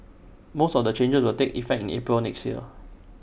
most of the changes will take effect in April next year